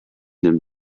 den